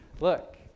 Look